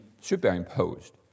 superimposed